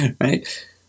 Right